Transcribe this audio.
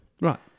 Right